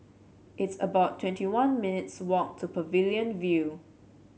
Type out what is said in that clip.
it's about twenty one minutes' walk to Pavilion View